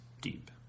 deep